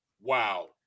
Wow